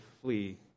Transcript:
flee